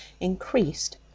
increased